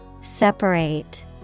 Separate